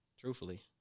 truthfully